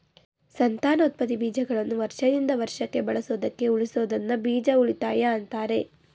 ಸಂತಾನೋತ್ಪತ್ತಿ ಬೀಜಗಳನ್ನು ವರ್ಷದಿಂದ ವರ್ಷಕ್ಕೆ ಬಳಸೋದಕ್ಕೆ ಉಳಿಸೋದನ್ನ ಬೀಜ ಉಳಿತಾಯ ಅಂತಾರೆ